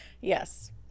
yes